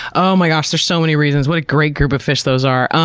oh my gosh, there's so many reasons. what a great group of fish those are.